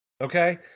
Okay